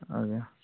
ଆଜ୍ଞା